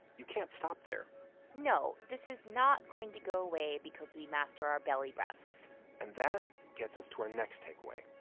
you can't stop there no. this is not going to go away because we master our belly breaths and that gets us to our next takeaway.